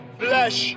flesh